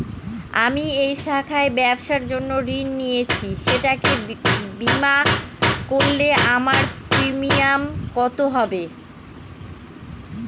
আমি এই শাখায় ব্যবসার জন্য ঋণ নিয়েছি সেটাকে বিমা করলে আমার প্রিমিয়াম কত হবে?